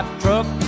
truck